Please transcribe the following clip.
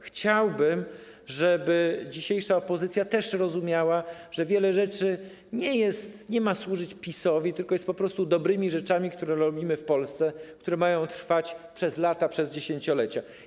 Chciałbym, żeby dzisiejsza opozycja też rozumiała, że wiele rzeczy nie ma służyć PiS-owi, tylko jest po prostu dobrymi rzeczami, które robimy w Polsce, które mają trwać przez lata, przez dziesięciolecia.